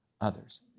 others